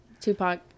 Tupac